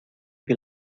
que